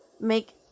Make